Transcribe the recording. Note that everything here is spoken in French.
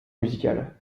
musical